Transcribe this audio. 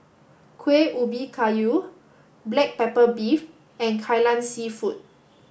Kuih Ubi Kayu black pepper beef and Kai Lan Seafood